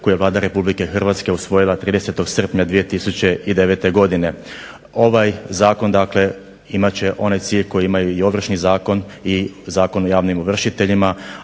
koji je Vlada Republike Hrvatske usvojila 30. srpnja 2009. godine. Ovaj zakon dakle imat će onaj cilj koji imaju i Ovršni zakon i Zakon o javnim ovršiteljima,